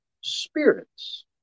spirits